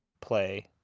play